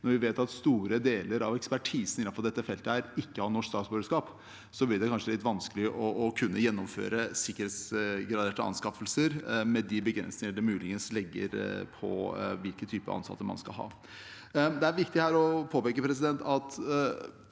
Når vi vet at store deler av ekspertisen innenfor dette feltet ikke har norsk statsborgerskap, blir det kanskje litt vanskelig å kunne gjennomføre sikkerhetsgraderte anskaffelser, med de begrensninger det muligens legger på hvilke typer ansatte man kan ha. Her er det viktig å påpeke at det å